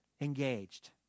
engaged